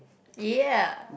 ya